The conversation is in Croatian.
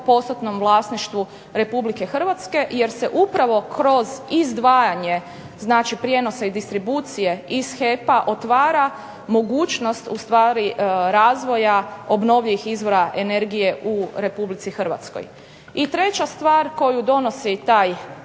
stopostotnom vlasništvu Republike Hrvatske, jer se upravo kroz izdvajanje, znači prijenosa i distribucije iz HEP-a otvara mogućnost ustvari razvoja obnovljivih izvora energije u Republici Hrvatskoj. I treća stvar koju donosi taj